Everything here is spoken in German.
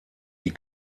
die